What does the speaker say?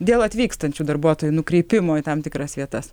dėl atvykstančių darbuotojų nukreipimo į tam tikras vietas